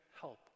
help